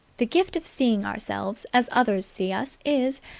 the gift of seeing ourselves as others see us is,